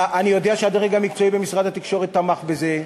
אני יודע שהדרג המקצועי במשרד התקשורת תמך בזה,